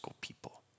people